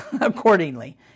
accordingly